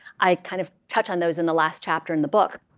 i kind of touch on those in the last chapter in the book.